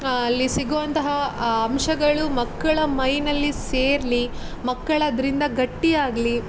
ಅಲ್ಲಿ ಸಿಗುವಂತಹ ಆ ಅಂಶಗಳು ಮಕ್ಕಳ ಮೈಯನಲ್ಲಿ ಸೇರಲಿ ಮಕ್ಕಳು ಅದರಿಂದ ಗಟ್ಟಿ ಆಗಲಿ